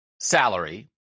salary